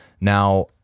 Now